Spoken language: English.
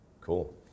Cool